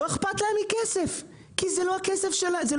לא אכפת להם מכסף, כי זה לא הכסף שלהם.